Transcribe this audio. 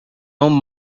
own